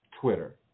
Twitter